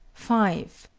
five.